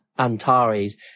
Antares